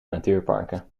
natuurparken